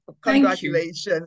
congratulations